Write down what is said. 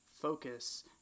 focus